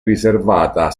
riservata